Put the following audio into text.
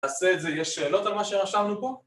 תעשה את זה, יש שאלות על מה שרשמנו פה?